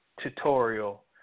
tutorial